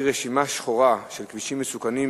רשימה שחורה של כבישים מסוכנים,